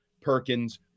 Perkins